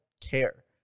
care